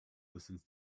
listens